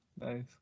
Nice